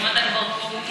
אם אתה כבר פה?